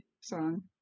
song